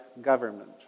government